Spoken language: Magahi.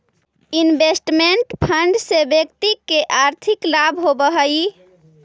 इन्वेस्टमेंट फंड से व्यक्ति के आर्थिक लाभ होवऽ हई